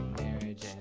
marriage